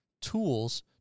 tools